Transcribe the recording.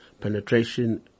penetration